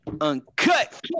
Uncut